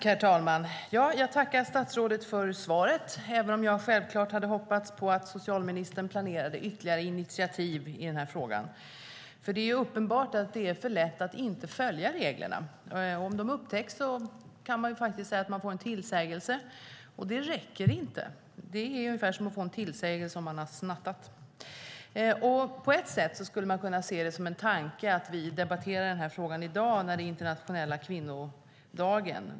Herr talman! Jag tackar statsrådet för svaret, även om jag självklart hade hoppats att socialministern planerade ytterligare initiativ i frågan. Det är uppenbart att det är för lätt att inte följa reglerna. Om det upptäcks får de en tillsägelse. Det räcker inte. Det är ungefär som att få en tillsägelse om man har snattat. På ett sätt skulle det kunna se ut som en tanke att vi debatterar den här frågan i dag när det är internationella kvinnodagen.